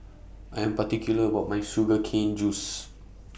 I'm particular about My Sugar Cane Juice